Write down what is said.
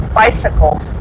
bicycles